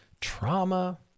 trauma